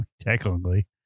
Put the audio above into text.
Technically